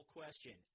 question